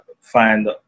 find